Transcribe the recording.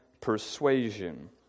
persuasion